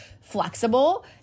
flexible